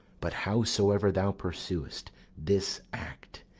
but, howsoever thou pursu'st this act,